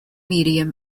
medium